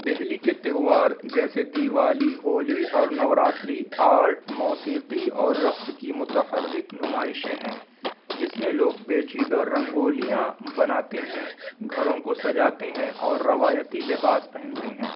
دلی کے تیوہار جیسے دیوالی ہولی اور نوراتری آرٹ موسیقی اور رقص کی متحرک نمائشیں ہیں جس میں لوگ پیچیدہ رنگولیاں بناتے ہیں گھروں کو سجاتے ہیں اور روایتی لباس پہنتے ہیں